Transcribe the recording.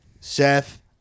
Seth